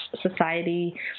society